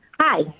Hi